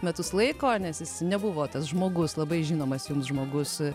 metus laiko nes jis nebuvo tas žmogus labai žinomas jums žmogus